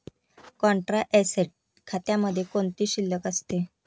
Contra asset खात्यामध्ये कोणती शिल्लक असते?